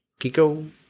Kiko